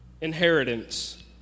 Inheritance